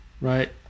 right